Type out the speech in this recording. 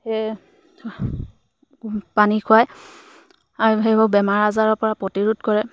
সেয়ে পানী খুৱায় আৰু সেইবোৰ বেমাৰ আজাৰৰ পৰা প্ৰতিৰোধ কৰে